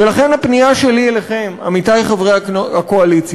ולכן הפנייה שלי אליכם, עמיתי חברי הקואליציה: